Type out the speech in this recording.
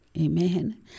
Amen